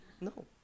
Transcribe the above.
No